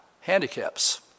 handicaps